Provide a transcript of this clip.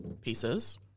pieces